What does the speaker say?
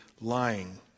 lying